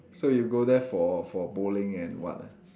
so you go there for for bowling and what ah